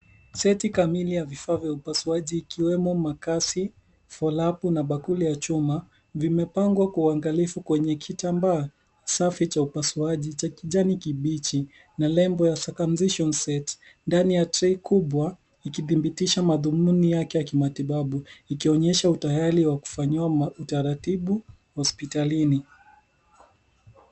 Seti kamili ya vifaa vya upasuaji ikiwemo makasi, folapu na bakuli ya chuma, vimepangwa kwa uangalifu kwenye kitambaa safi cha upasuaji cha kijani kibichi, na lembo ya circumcision set ndani ya tray kubwa ikidhibitisha madhumuni yake ya kimatibabu, ikionyesha utayari wa kufanyiwa utaratibu hospitalini.